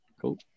Cool